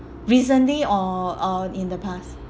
recently or or in the past